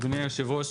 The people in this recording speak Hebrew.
אדוני יושב הראש,